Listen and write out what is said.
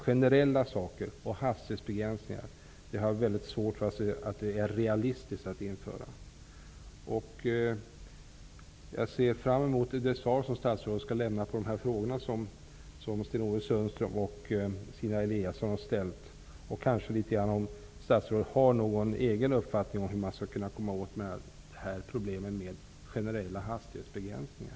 Generella saker och hastighetsbegränsningar, som utredningen talar om, har jag svårt att se som någonting realistiskt. Jag ser fram emot de svar som statsrådet skall lämna på frågorna som Sten-Ove Sundström och Stina Eliasson har ställt och att kanske också få höra litet grand om statsrådets egen uppfattning om förslaget att komma åt problemen genom generella hastighetsbegränsningar.